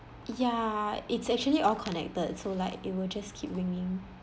ya it's actually all connected so like it will just keep ringing